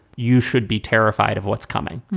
you should be terrified of what's coming.